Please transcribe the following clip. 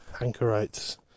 anchorites